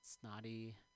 Snotty